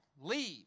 Leave